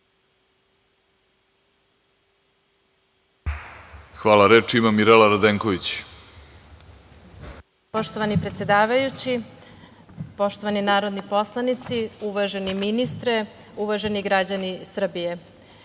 Radenković. **Mirela Radenković** Poštovani predsedavajući, poštovani narodni poslanici, uvaženi ministre, uvaženi građani Srbije,